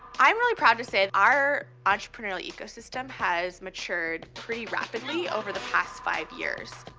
i'm really proud to say that our entrepreneurial ecosystem has matured pretty rapidly over the past five years.